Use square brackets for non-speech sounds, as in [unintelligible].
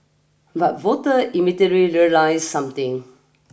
but voter [unintelligible] realise something